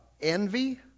envy